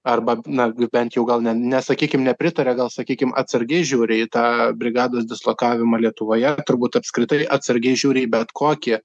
arba na bent jau gal ne nesakykim nepritaria gal sakykim atsargiai žiūri į tą brigados dislokavimą lietuvoje turbūt apskritai atsargiai žiūri į bet kokį